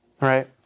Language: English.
Right